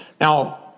Now